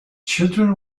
children